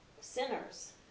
sinners